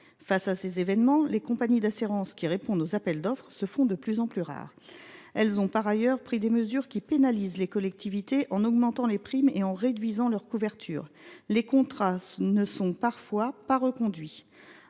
Face à ces événements, les compagnies d’assurances qui répondent aux appels d’offres se font de plus en plus rares. Elles ont par ailleurs pris des mesures qui pénalisent les collectivités en augmentant les primes et en réduisant leur couverture. Les contrats ne sont parfois même pas reconduits.